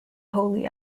holy